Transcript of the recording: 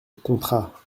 contrat